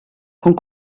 con